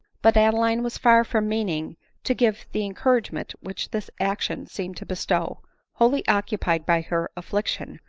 but adeline was far from meaning to give the encour agement which this action seemed to bestow wholly occupied by her affliction,